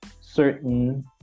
certain